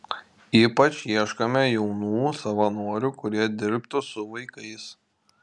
ypač ieškome jaunų savanorių kurie dirbtų su vaikais